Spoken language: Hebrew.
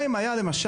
מה אם היה למשל,